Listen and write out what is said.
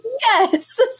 yes